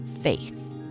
faith